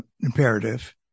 imperative